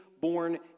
born